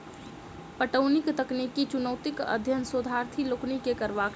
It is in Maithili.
पटौनीक तकनीकी चुनौतीक अध्ययन शोधार्थी लोकनि के करबाक चाही